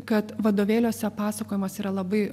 kad vadovėliuose pasakojimas yra labai